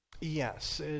Yes